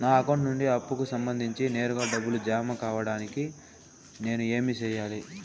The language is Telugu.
నా అకౌంట్ నుండి అప్పుకి సంబంధించి నేరుగా డబ్బులు జామ కావడానికి నేను ఏమి సెయ్యాలి?